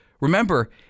remember